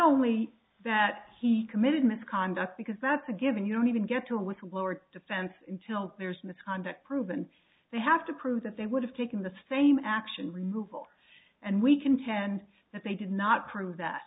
only that he committed misconduct because that's a given you don't even get to with lower defense until there's misconduct proven they have to prove that they would have taken the same action removal and we contend that they did not prove that